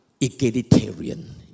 egalitarian